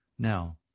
Now